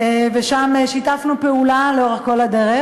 ושם שיתפנו פעולה לאורך כל הדרך,